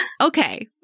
Okay